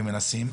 ומנסים,